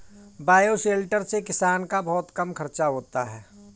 bioshelter से किसान का बहुत कम खर्चा होता है